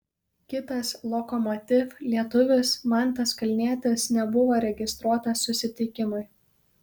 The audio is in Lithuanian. kitas lokomotiv lietuvis mantas kalnietis nebuvo registruotas susitikimui